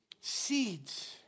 Seeds